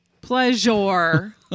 Pleasure